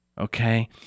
okay